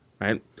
right